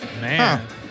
Man